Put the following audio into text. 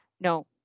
No